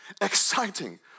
exciting